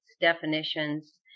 definitions